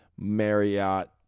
Marriott